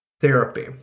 therapy